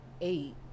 eight